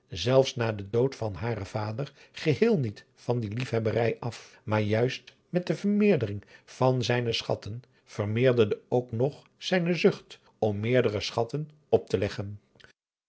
zelfs na den dood van haren vader geheel niet van die liefhebberij af maar juist met de vermeerdering van zijne schatten vermeerderde ook nog zijne zucht om meerdere schatten op te leggen